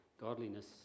Godliness